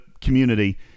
community